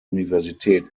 universität